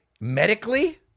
medically